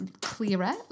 Clearer